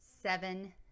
seven